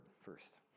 first